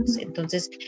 entonces